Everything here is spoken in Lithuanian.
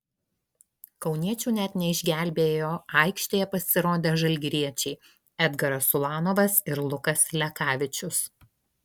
kauniečių net neišgelbėjo aikštėje pasirodę žalgiriečiai edgaras ulanovas ir lukas lekavičius